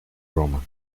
roma